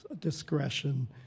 discretion